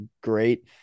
great